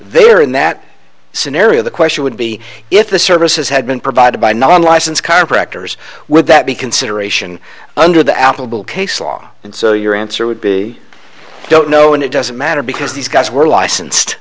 there in that scenario the question would be if the services had been provided by non license chiropractors would that be consideration under the applicable case law and so your answer would be don't know and it doesn't matter because these guys were licensed